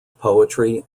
poetry